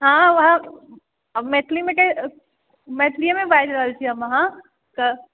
हँ मैथिलीमे मैथिलीएमे हम बाजि रहल छी अहाँकेॅं